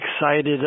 excited